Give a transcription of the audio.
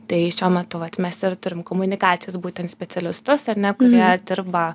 tai šiuo metu vat mes ir turim komunikacijos būtent specialistus ar ne kurie dirba